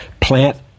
plant